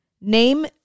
Name